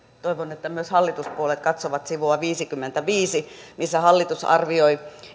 toivon että myös hallituspuolueet katsovat sivua viisikymmentäviisi missä hallitus arvioi